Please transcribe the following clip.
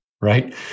right